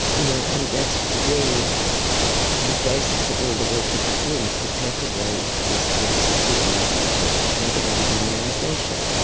you know, and that's really the basis of all the work that we are doing, is to take away this whole stigma, to to take away the demonization,